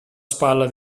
spalla